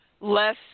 less